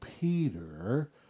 Peter